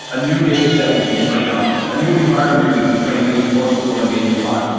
a new data set we can train on, a new environment we can train reinforcement learning agents on,